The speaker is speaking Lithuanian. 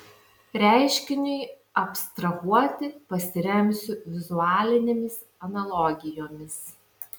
reiškiniui abstrahuoti pasiremsiu vizualinėmis analogijomis